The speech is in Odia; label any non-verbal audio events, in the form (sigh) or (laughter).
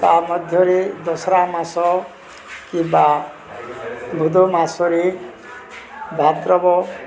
ତା ମଧ୍ୟରେ ଦଶହରା ମାସ କିମ୍ବା (unintelligible) ମାସରେ ଭାଦ୍ରବ